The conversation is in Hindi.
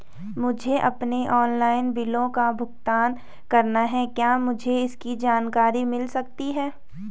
मुझे अपने ऑनलाइन बिलों का भुगतान करना है क्या मुझे इसकी जानकारी मिल सकती है?